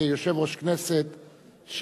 כיושב-ראש הכנסת,